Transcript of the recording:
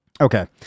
Okay